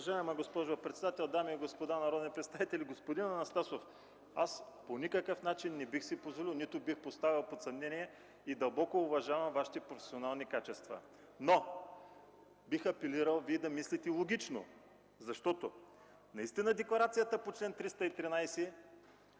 Уважаема госпожо председател, дами и господа народни представители! Господин Анастасов, аз по никакъв начин не бих си позволил, нито бих поставил под съмнение и дълбоко уважавам Вашите професионални качества, но бих апелирал Вие да мислите логично, защото наистина декларацията по чл. 313